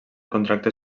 contracte